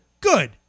good